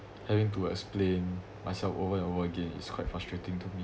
having to explain myself over and over again is quite frustrating to me